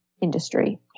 industry